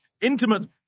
intimate